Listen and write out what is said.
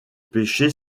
péché